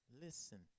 Listen